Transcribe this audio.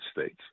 States